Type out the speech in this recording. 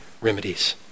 remedies